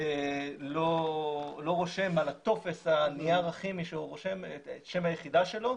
לא רושם על טופס הנייר הכימי שהוא רושם את שם היחידה שלו,